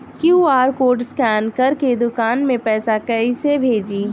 QR code scan करके दुकान में पैसा कइसे भेजी?